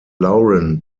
lauren